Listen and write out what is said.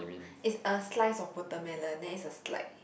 is a slice of watermelon then is a slide